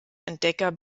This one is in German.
entdecker